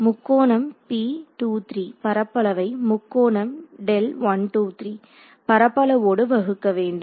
முக்கோணம் பரப்பளவை முக்கோணம் பரப்பளவோடு வகுக்கவேண்டும்